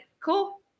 cool